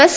S